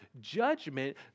judgment